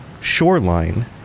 shoreline